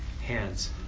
hands